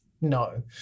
No